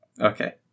Okay